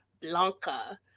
Blanca